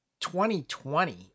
2020